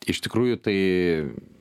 iš tikrųjų tai